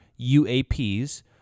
UAPs